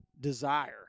desire